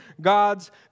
God's